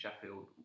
Sheffield